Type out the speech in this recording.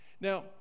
Now